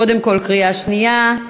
קודם כול קריאה שנייה,